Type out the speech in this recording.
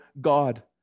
God